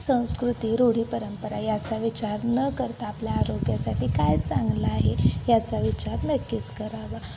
संस्कृती रूढी परंपरा याचा विचार न करता आपल्या आरोग्यासाठी काय चांगला आहे याचा विचार नक्कीच करावा